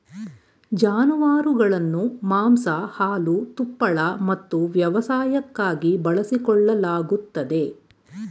ಜಾನುವಾರುಗಳನ್ನು ಮಾಂಸ ಹಾಲು ತುಪ್ಪಳ ಮತ್ತು ವ್ಯವಸಾಯಕ್ಕಾಗಿ ಬಳಸಿಕೊಳ್ಳಲಾಗುತ್ತದೆ